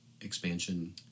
expansion